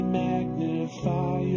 magnify